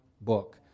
book